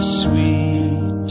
sweet